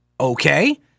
Okay